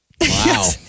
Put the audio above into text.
Wow